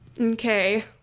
Okay